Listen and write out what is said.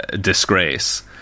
disgrace